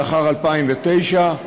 לאחר 2009,